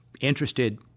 interested